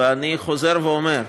ואני חוזר ואומר: